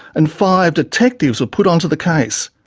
and five detectives were put onto the case.